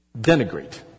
denigrate